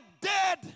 dead